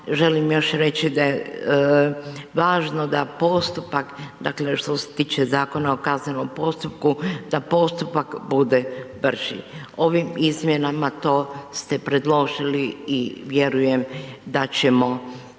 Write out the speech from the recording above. želim još reći da je važno da postupak dakle što se tiče o ZKP-u, da postupak bude brži. Ovim izmjenama to ste predložili i vjerujem da ćemo